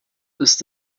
ist